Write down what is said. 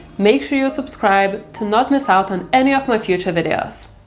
make sure you subscribe to not miss out and any of my future videos.